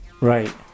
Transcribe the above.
Right